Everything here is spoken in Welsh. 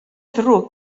ddrwg